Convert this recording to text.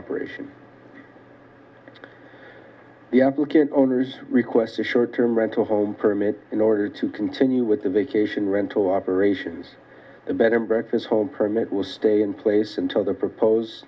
operation the applicant owner's requests a short term rental home permit in order to continue with the vacation rental operations the bed and breakfast hall permit will stay in place until the propose